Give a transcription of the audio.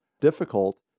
difficult